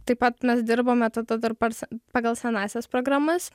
taip pat mes dirbome tada dar per se pagal senąsias programas